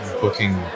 booking